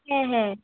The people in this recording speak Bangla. হ্যাঁ হ্যাঁ